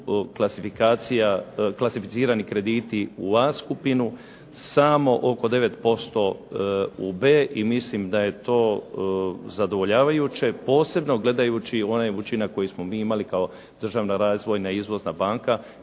su klasificirani krediti u A skupini, samo oko 9% u B i mislim da je to zadovoljavajuće, posebno gledajući onaj učinak koji smo mi imali kao državna razvojna izvozna banka